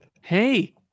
Hey